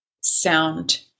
sound